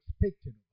expected